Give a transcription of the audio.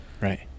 Right